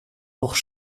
nog